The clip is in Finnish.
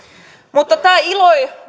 mutta tämä